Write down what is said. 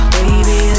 Baby